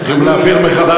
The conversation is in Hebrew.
צריכים להפעיל מחדש את השעון.